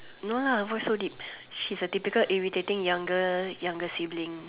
no her voice so deep she's a typical irritating younger younger sibling